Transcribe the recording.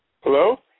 Hello